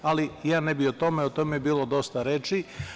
Ali, ja ne bih o tome, o tome je bilo dosta reči.